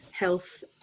health